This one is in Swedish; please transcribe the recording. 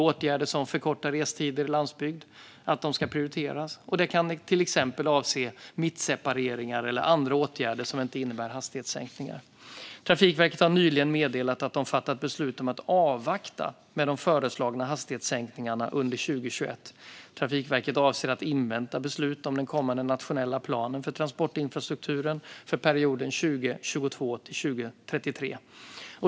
Åtgärder som förkortar restiden i landsbygder ska prioriteras, och det kan till exempel avse mittsepareringar eller andra åtgärder som inte innebär hastighetssänkningar. Trafikverket har nyligen meddelat att de har fattat beslut om att avvakta med föreslagna hastighetssänkningar under 2021. Trafikverket avser att invänta beslut om den kommande nationella planen för transportinfrastrukturen för perioden 2022-2033.